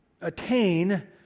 attain